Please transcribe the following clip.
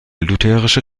lutherische